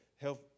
Health